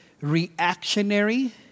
reactionary